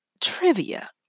Trivia